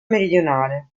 meridionale